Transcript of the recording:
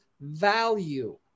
value